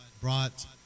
brought